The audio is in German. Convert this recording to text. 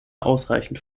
ausreichend